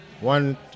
One